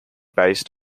based